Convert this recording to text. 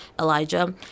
Elijah